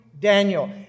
Daniel